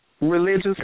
religious